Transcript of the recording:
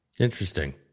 Interesting